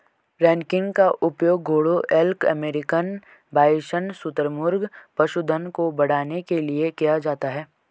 ranking का उपयोग घोड़ों एल्क अमेरिकन बाइसन शुतुरमुर्ग पशुधन को बढ़ाने के लिए किया जाता है